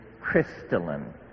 crystalline